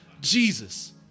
jesus